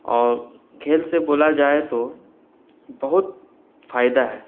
اور کھیل سے بولا جائے تو بہت فائدہ ہے